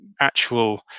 actual